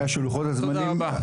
תודה רבה.